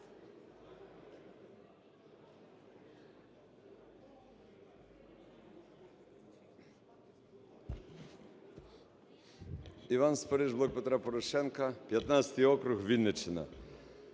Іван Спориш, "Блок Петра Порошенка", 19 округ, Вінниччина.